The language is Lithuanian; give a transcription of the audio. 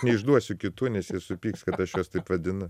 neišduosiu kitų nes jie supyks kad aš juos taip vadinu